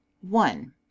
one